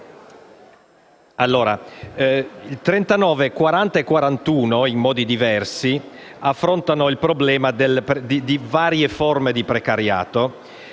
giorno G39, G40 e G41, in modi diversi affrontano il problema di varie forme di precariato.